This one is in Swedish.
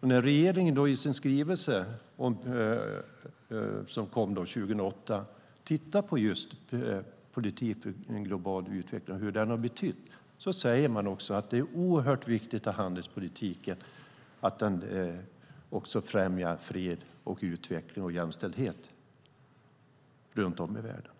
När regeringen i den skrivelse som kom 2008 tittar på just politik för global utveckling och vad det har betytt säger man att det är oerhört viktigt att handelspolitiken också främjar fred, utveckling och jämställdhet runt om i världen.